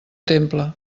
temple